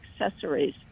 accessories